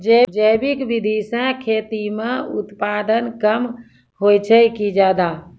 जैविक विधि से खेती म उत्पादन कम होय छै कि ज्यादा?